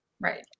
Right